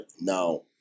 now